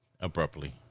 Abruptly